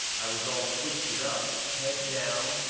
i was all twisted up, head down,